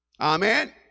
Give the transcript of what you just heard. Amen